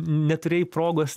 neturėjai progos